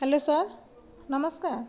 hello sir ନମସ୍କାର